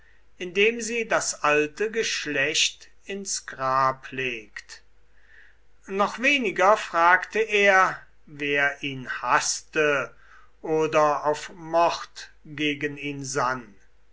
indem sie das alte geschlecht ins grab legt noch weniger fragte er wer ihn haßte oder auf mord gegen ihn sann